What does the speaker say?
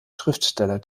schriftsteller